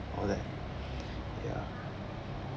all that ya